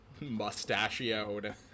mustachioed